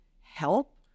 help